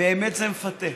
באמת זה מפתה,